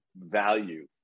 value